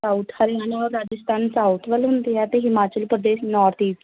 south Haryana ਔਰ Rajasthan south ਵੱਲ ਹੁੰਦੇ ਆ ਅਤੇ ਹਿਮਾਚਲ ਪ੍ਰਦੇਸ਼ ਨੋਰਥ ਈਸਟ